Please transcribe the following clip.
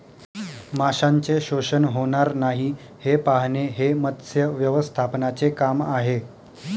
माशांचे शोषण होणार नाही हे पाहणे हे मत्स्य व्यवस्थापनाचे काम आहे